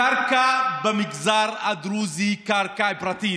הקרקע במגזר הדרוזי היא קרקע פרטית,